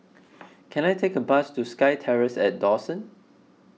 can I take a bus to SkyTerrace at Dawson